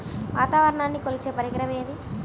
వాతావరణాన్ని కొలిచే పరికరం ఏది?